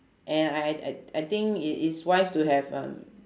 and I I I I think it is wise to have um